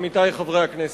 עמיתי חברי הכנסת: